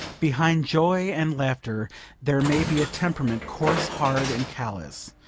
behind joy and laughter there may be a temperament, coarse, hard and callous.